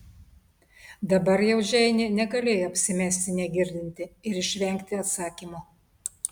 dabar jau džeinė negalėjo apsimesti negirdinti ir išvengti atsakymo